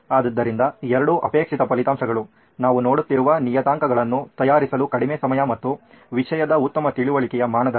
ಆದ್ದರಿಂದ ಎರಡು ಅಪೇಕ್ಷಿತ ಫಲಿತಾಂಶಗಳು ನಾವು ನೋಡುತ್ತಿರುವ ನಿಯತಾಂಕಗಳನ್ನು ತಯಾರಿಸಲು ಕಡಿಮೆ ಸಮಯ ಮತ್ತು ವಿಷಯದ ಉತ್ತಮ ತಿಳುವಳಿಕೆಯ ಮಾನದಂಡ